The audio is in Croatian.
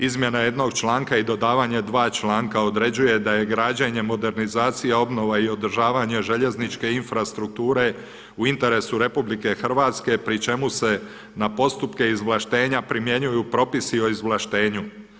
Izmjena jednog članka i dodavanje dva članka određuje da je građenjem modernizacija, obnova i održavanja željezničke infrastrukture u interesu RH pri čemu se na postupke izvlaštenja primjenjuju propisi o izvlaštenju.